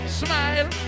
smile